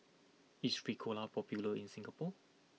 is Ricola popular in Singapore